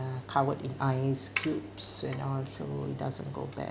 uh covered in ice cubes and also it doesn't go bad